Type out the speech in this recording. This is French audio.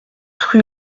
rue